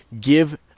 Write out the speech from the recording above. give